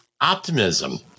optimism